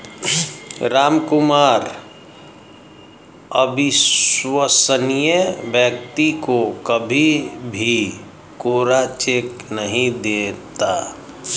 रामकुमार अविश्वसनीय व्यक्ति को कभी भी कोरा चेक नहीं देता